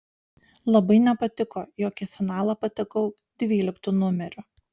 labai nepatiko jog į finalą patekau dvyliktu numeriu